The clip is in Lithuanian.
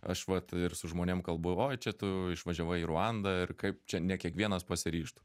aš vat ir su žmonėm kalbu oi čia tu išvažiavai į ruandą ir kaip čia ne kiekvienas pasiryžtų